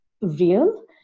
real